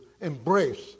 embrace